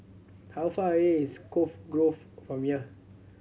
how far away is Cove Grove from here